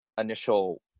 initial